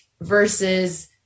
versus